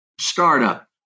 startup